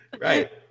Right